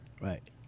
Right